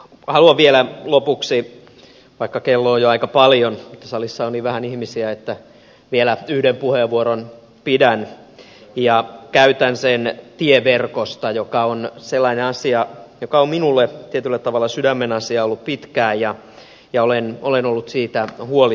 haluan vielä lopuksi vaikka kello on jo aika paljon salissa on niin vähän ihmisiä vielä yhden puheenvuoron käyttää ja käytän sen tieverkosta joka on sellainen asia joka on minulle tietyllä tavalla sydämenasia ollut pitkään ja josta olen ollut huolissani